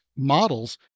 models